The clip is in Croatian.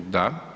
Da.